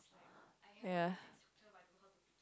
ya